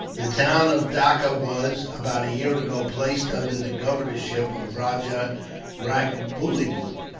the town of dacca was, about a year ago, placed under the governorship of rajah ragbullub,